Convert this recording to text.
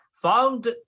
Found